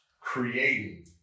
creating